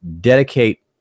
dedicate